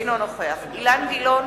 אינו נוכח אילן גילאון,